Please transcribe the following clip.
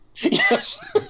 Yes